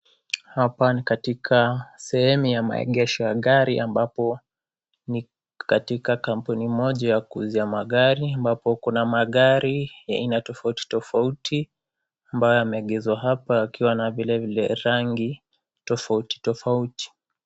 Hapa ni katika sehemu ya maegesho ya gari ,ambapo ni katika kampuni moja ya kuuza magari ambapo kuna magari ya aina tofauti tofauti ambayo, yameegezwa hapa wakiwa na vilevile rangi tofauti tofauti.